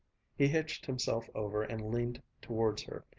he hitched himself over and leaned towards her.